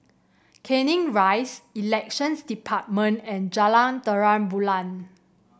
Canning Rise Elections Department and Jalan Terang Bulan